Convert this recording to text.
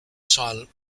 silent